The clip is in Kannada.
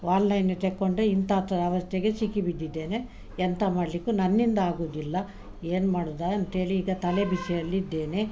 ವಾಲ್ನೈನು ತೆಕ್ಕೊಂಡರೆ ಇಂತಾತರ ಅವಸ್ತೆಗೆ ಸಿಕ್ಕಿ ಬಿದ್ದಿದ್ದೇನೆ ಎಂತ ಮಾಡಲಿಕ್ಕೂ ನನ್ನಿಂದ ಆಗುದಿಲ್ಲ ಏನು ಮಾಡುದ ಅಂತೇಳಿ ಈಗ ತಲೆ ಬಿಸಿಯಲ್ಲಿದ್ದೇನೆ